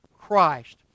Christ